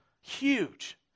huge